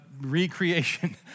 recreation